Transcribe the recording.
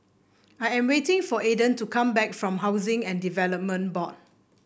I am waiting for Aiden to come back from Housing and Development Board